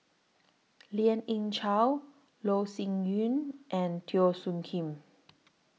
Lien Ying Chow Loh Sin Yun and Teo Soon Kim